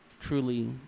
truly